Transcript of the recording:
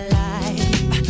life